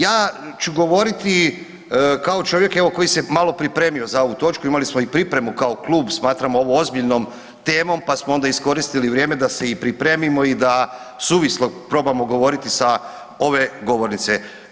Ja ću govoriti kao čovjek evo koji se malo pripremio za ovu točku, imali smo i pripremu kao klub, smatramo ovo ozbiljnom temom pa smo onda iskoristili vrijeme da se i pripremimo i da suvislo probamo govoriti sa ove govornice.